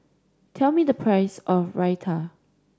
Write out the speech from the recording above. tell me the price of Raita